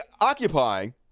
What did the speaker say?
occupying